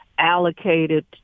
allocated